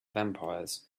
vampires